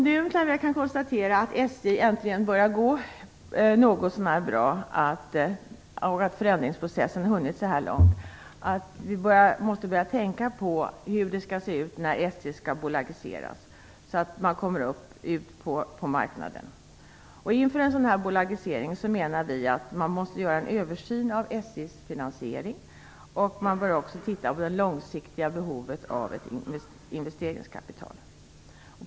När vi nu kan konstatera att SJ äntligen börjar gå något så när bra och förändringsprocessen har hunnit så här långt måste vi börja tänka på hur SJ:s bolagisering skall se ut, så att SJ kommer ut på marknaden. Inför en sådan bolagisering menar vi att en översyn måste göras av SJ:s finansiering. Man bör också titta på det långsiktiga behovet av ett investeringskapital.